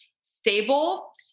stable